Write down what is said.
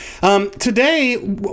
Today